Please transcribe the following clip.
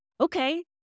Okay